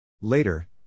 Later